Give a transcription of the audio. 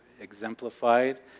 exemplified